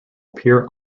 appear